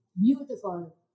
beautiful